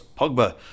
Pogba